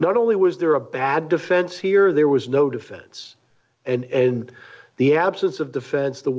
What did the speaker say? not only was there a bad defense here there was no defense and the absence of defense the